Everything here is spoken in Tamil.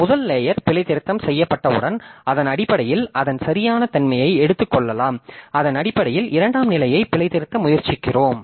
முதல் லேயர் பிழைதிருத்தம் செய்யப்பட்டவுடன் அதன் அடிப்படையில் அதன் சரியான தன்மையை எடுத்துக் கொள்ளலாம் அதன் அடிப்படையில் இரண்டாம் நிலையை பிழைத்திருத்த முயற்சிக்கிறோம்